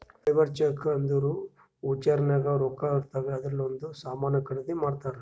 labour cheque ಅಂದುರ್ voucher ನಾಗ್ ರೊಕ್ಕಾ ಇರ್ತಾವ್ ಅದೂರ್ಲಿಂದೆ ಸಾಮಾನ್ ಖರ್ದಿ ಮಾಡ್ತಾರ್